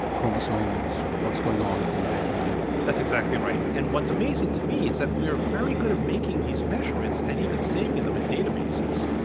chromosomes and what's going on at the molecular level? that's exactly right and what's amazing to me is that we are very good at making these measurements and even saving them in data bases.